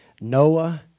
Noah